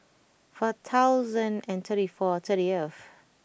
four thousand and thirty four thirtieth